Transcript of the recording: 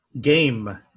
Game